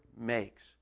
makes